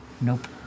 nope